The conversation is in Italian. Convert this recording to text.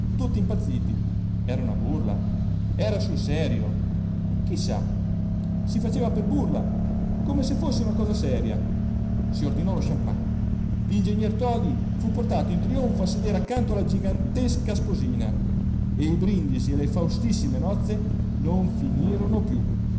tutti impazziti era una burla era sul serio chi sa si faceva per burla come se fosse una cosa seria si ordinò lo champagne l'ingegner todi fu portato in trionfo a sedere accanto alla gigantesca sposina e i brindisi alle faustissime nozze non finirono più